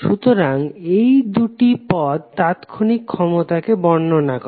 সুতরাং এই দুটি পদ তাৎক্ষণিক ক্ষমতাকে বর্ণনা করে